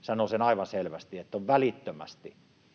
sanoo aivan selvästi, että on välittömästi